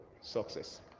Success